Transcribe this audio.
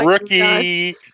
rookie